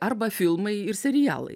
arba filmai ir serialai